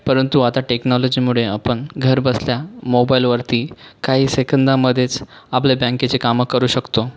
परंतु आता टेक्नॉलॉजीमुळे आपण घरबसल्या मोबाईलवरती काही सेकंदामध्येच आपले बँकेचे कामं करू शकतो